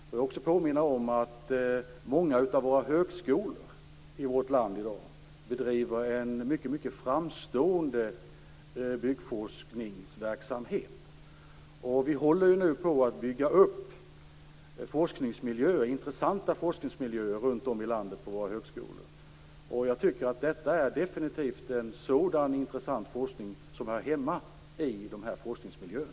Låt mig också påminna om att många av högskolorna i vårt land i dag bedriver en mycket framstående byggforskningsverksamhet. Nu håller vi på att bygga upp intressanta forskningsmiljöer runt om i landet på våra högskolor. Jag tycker att detta definitivt är en sådan intressant forskning som hör hemma i dessa forskningsmiljöer.